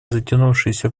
затянувшийся